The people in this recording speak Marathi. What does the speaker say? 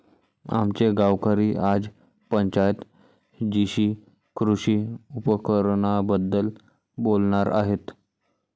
आमचे गावकरी आज पंचायत जीशी कृषी उपकरणांबद्दल बोलणार आहेत